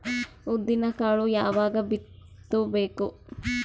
ಉದ್ದಿನಕಾಳು ಯಾವಾಗ ಬಿತ್ತು ಬೇಕು?